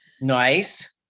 Nice